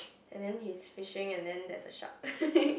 and then he's fishing and then there's a shark